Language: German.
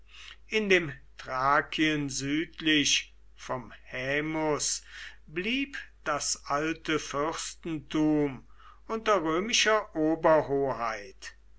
in dem thrakien südlich vom haemus blieb das alte fürstenrum unter römischer